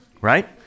right